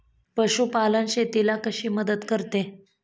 पशुपालन शेतीला कशी मदत करते?